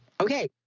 Okay